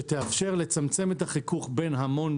שתאפשר לצמצם את החיכוך בין המון